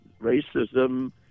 racism